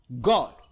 God